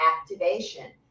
activation